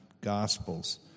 Gospels